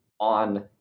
on